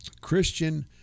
Christian